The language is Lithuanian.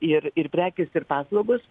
ir ir prekės ir paslaugos